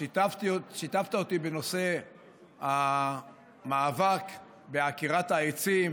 שיתפתי אות בנושא המאבק בעקירת העצים,